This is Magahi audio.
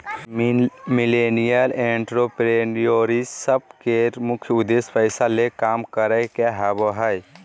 मिलेनियल एंटरप्रेन्योरशिप के मुख्य उद्देश्य पैसा ले काम करे के होबो हय